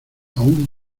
aún